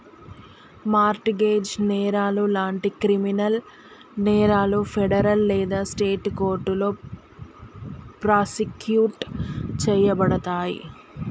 mart gauge నేరాలు లాంటి criminal నేరాలు ఫెడరల్ లేదా స్టేట్ కోర్టులో ప్రాసిక్యూట్ చేయబడతయి